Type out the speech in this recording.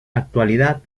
actualidad